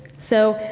so,